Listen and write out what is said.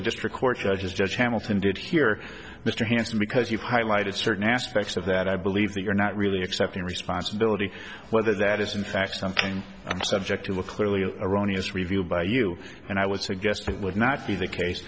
a district court judges judge hamilton did hear mr hanson because you've highlighted certain aspects of that i believe that you're not really accepting responsibility whether that is in fact something subjective a clearly erroneous review by you and i would suggest it would not be the case